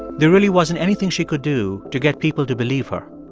there really wasn't anything she could do to get people to believe her.